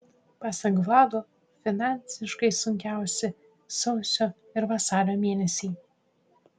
pasak vlado finansiškai sunkiausi sausio ir vasario mėnesiai